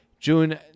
June